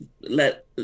let